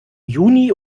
juni